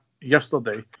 yesterday